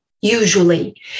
usually